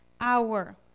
hour